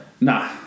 Nah